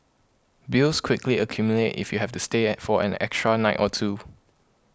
bills quickly accumulate if you have to stay at for an extra night or two